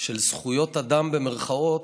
של "זכויות אדם", במירכאות,